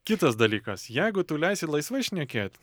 kitas dalykas jeigu tu leisi laisvai šnekėt